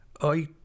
I